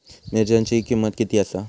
मिरच्यांची किंमत किती आसा?